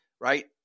right